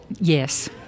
Yes